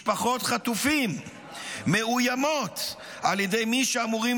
משפחות חטופים מאוימות על ידי מי שאמורים